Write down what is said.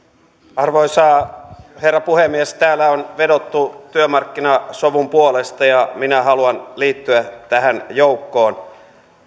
arvoisa herra puhemies täällä on vedottu työmarkkinasovun puolesta ja minä haluan liittyä tähän joukkoon